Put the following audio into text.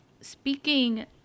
Speaking